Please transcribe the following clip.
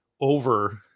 over